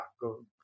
go